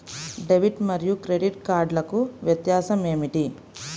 Debit మరియు credit కార్డ్లకు వ్యత్యాసమేమిటీ?